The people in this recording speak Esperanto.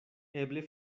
eble